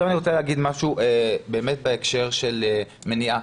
אני רוצה לומר משהו בהקשר של מניעה,